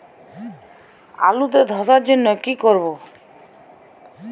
আলুতে ধসার জন্য কি করব?